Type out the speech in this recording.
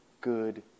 good